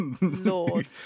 Lord